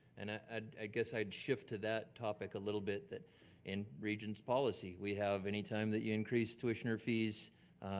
and ah i guess i'd shift to that topic a little bit that in regent's policy, we have any time that you increase tuition or fees,